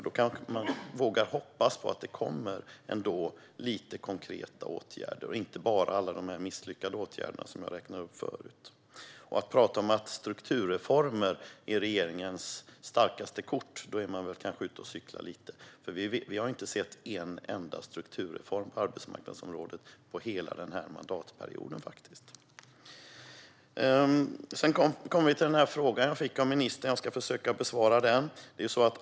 Då kan vi hoppas på att det kommer mer konkreta åtgärder och inte bara alla de misslyckade åtgärder som jag räknade upp. Men när man säger att strukturreformer är regeringens starkaste kort är man nog ute och cyklar, för vi har inte sett en enda strukturreform på arbetsmarknadsområdet under hela mandatperioden. Jag fick en fråga av ministern, och jag ska försöka besvara den.